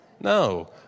No